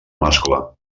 mascle